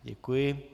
Děkuji.